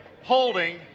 holding